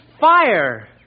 Fire